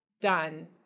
done